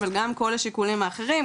אבל גם כל השיקולים האחרים,